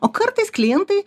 o kartais klientai